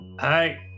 Hey